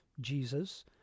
Jesus